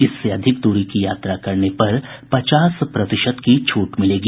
इससे अधिक की दूरी की यात्रा करने पर पचास प्रतिशत की छूट मिलेगी